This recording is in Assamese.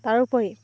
তাৰোপৰি